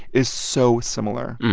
is so similar.